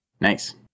Nice